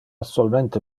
solmente